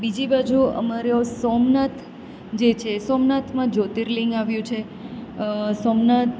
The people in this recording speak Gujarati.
બીજી બાજુ અમારો સોમનાથ જે છે સોમનાથમાં જ્યોતિર્લિંગ આવ્યું છે સોમનાથ